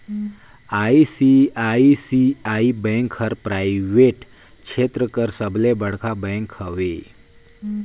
ICICI bank हर private छेत्र कर सबले बड़खा बेंक हवे